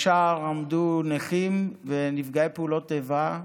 בשער עמדו נכים ונפגעי פעולות האיבה,